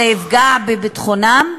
זה יפגע בביטחונם,